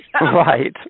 Right